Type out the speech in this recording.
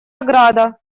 ограда